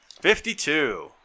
fifty-two